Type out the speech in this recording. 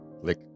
click